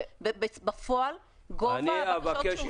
בפועל גובה הבקשות שאושרו הוא שליש.